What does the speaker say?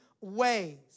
ways